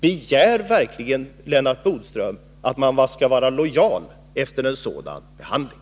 Begär verkligen Lennart Bodström att man skall vara lojal efter en sådan behandling?